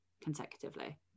consecutively